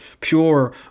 pure